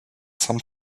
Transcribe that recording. some